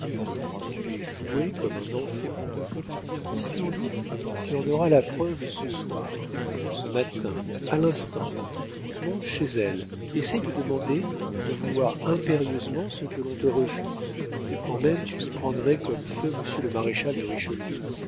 tu es joué comme un enfant si tu en doutes tu en auras la preuve ce soir ce matin à l'instant monte chez elle essaie de demander de vouloir impérieusement ce que l'on te refuse quand même tu t'y prendrais comme feu monsieur le maréchal de richelieu